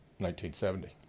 1970